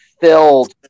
filled